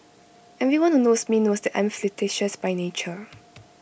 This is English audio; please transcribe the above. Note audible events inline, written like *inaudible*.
everyone who knows me knows that I am flirtatious by nature *noise*